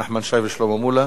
נחמן שי ושלמה מולה.